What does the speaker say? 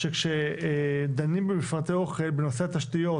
כשדנים במפרטי אוכל בנושא התשתיות